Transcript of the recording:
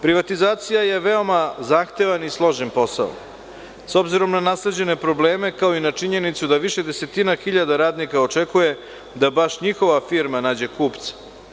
Privatizacija je veoma zahtevan i složen posao, s obzirom na nasleđene probleme, kao i na činjenicu da više desetina hiljada radnika očekuje da baš njihova firma nađe kupca.